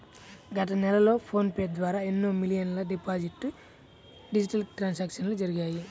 గత నెలలో PhonePe ద్వారా ఎన్నో మిలియన్ల డిజిటల్ ట్రాన్సాక్షన్స్ జరిగాయి